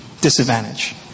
disadvantage